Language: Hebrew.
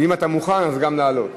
אני אמרתי,